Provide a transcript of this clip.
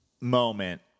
moment